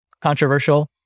controversial